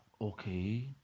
Okay